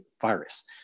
virus